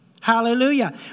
Hallelujah